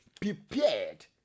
prepared